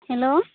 hello